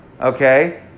okay